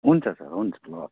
हुन्छ सर हुन्छ ल